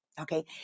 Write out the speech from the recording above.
Okay